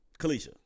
Kalisha